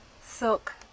silk